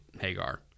Hagar